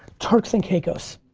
turks and caicos,